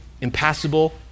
impassable